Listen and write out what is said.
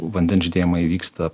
vandens žydėjimai vyksta